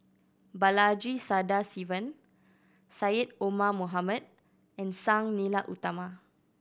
Balaji Sadasivan Syed Omar Mohamed and Sang Nila Utama